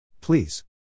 please